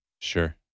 Sure